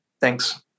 thanks